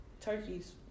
turkeys